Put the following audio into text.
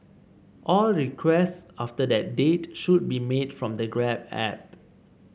all requests after that date should be made from the grab app